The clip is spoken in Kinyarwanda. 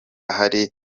hari